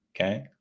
Okay